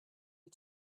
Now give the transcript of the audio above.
you